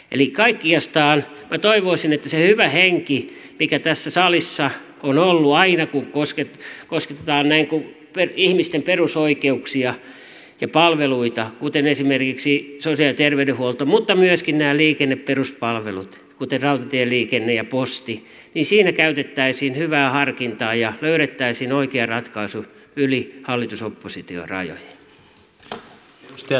eli kaikkinensa minä toivoisin että siinä hyvässä hengessä mikä tässä salissa on ollut aina kun kosketetaan ihmisten perusoikeuksia ja palveluita kuten esimerkiksi sosiaali ja terveydenhuoltoa mutta myöskin näitä liikenneperuspalveluita kuten rautatieliikennettä ja postia käytettäisiin hyvää harkintaa ja löydettäisiin oikea ratkaisu yli hallitusoppositio rajojen